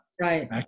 right